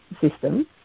system